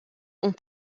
ont